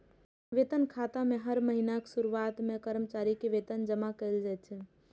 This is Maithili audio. वेतन खाता मे हर महीनाक शुरुआत मे कर्मचारी के वेतन जमा कैल जाइ छै